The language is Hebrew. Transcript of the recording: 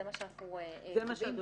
זה מה שאנחנו קובעים,